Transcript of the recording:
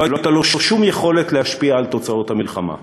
שלא הייתה לו שום יכולת להשפיע על תוצאות המלחמה.